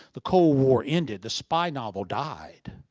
the cold war ended, the spy novel died.